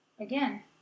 Again